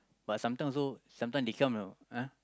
but sometime also sometime they come you know ah